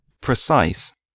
precise